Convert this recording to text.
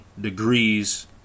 degrees